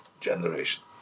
generation